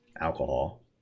alcohol